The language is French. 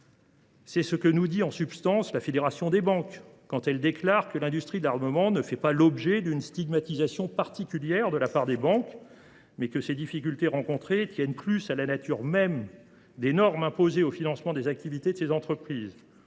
ce que nous dit la Fédération bancaire française, quand elle déclare que l’industrie de l’armement ne fait pas l’objet d’une stigmatisation particulière de la part des banques, mais que ses difficultés tiennent plus à la nature même des normes imposées au financement des activités de ces entreprises.